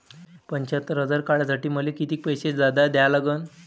पंच्यात्तर हजार काढासाठी मले कितीक पैसे जादा द्या लागन?